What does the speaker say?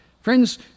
friends